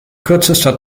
kürzester